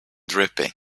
dripping